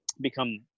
become